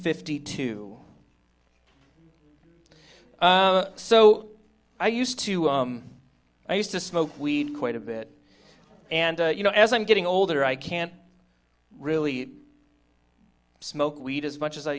fifty two so i used to i used to smoke weed quite a bit and you know as i'm getting older i can't really smoke weed as much as i